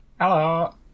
Hello